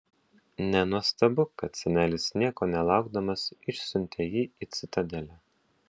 nenuostabu kad senelis nieko nelaukdamas išsiuntė jį į citadelę